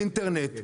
ובאינטרנט.